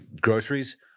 groceries